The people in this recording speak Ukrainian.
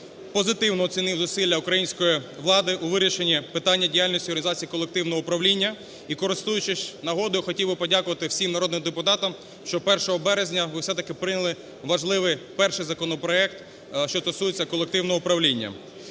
позитивно оцінив зусилля української влади у вирішенні питання діяльності і організації колективного управління. І, користуючись нагодою, хотів би подякувати всім народним депутатам, що 1 березня ви все-таки прийняли важливий перший законопроект, що стосується колективного управління.